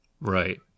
Right